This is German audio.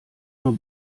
nur